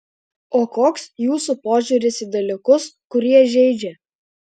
o koks jūsų požiūris į dalykus kurie žeidžia